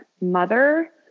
mother